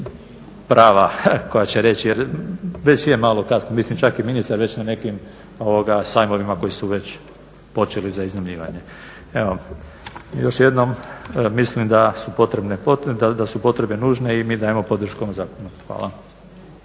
prava koja će reći jer već je malo kasno. Mislim čak i ministar već na nekim sajmovima koji su već počeli za iznajmljivanje. Još jednom, mislim da su potrebe nužne i mi dajemo podršku ovom zakonu. Hvala.